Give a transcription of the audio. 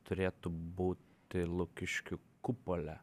turėtų būti lukiškių kupole